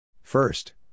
First